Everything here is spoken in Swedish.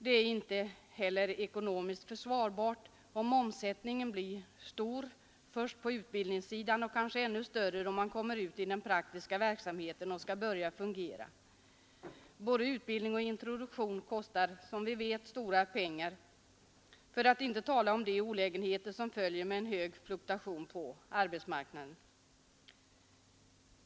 Det är inte heller ekonomiskt försvarbart att omsättningen blir stor på utbildningssidan och kanske ännu större då man kommer ut i den praktiska verksamheten och skall börja fungera. Både utbildning och introduktion kostar som vi vet stora pengar, för att inte tala om de olägenheter som följer med en hög fluktuation på arbetsmarknaden.